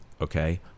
okay